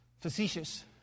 facetious